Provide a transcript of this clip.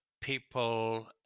people